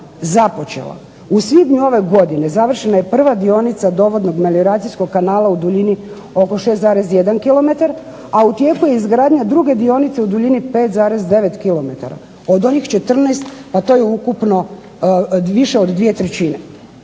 U svibnju ove godine završena je prva dionica dovodnog melioracijskog kanala u duljini oko 6,1 kilometar, a u tijeku je izgradnja druge dionice u duljini 5,9 kilometara, od onih 14 to je ukupno više od 2/3.